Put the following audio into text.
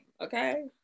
okay